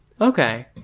Okay